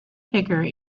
figure